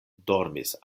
dormis